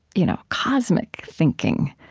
you know cosmic thinking,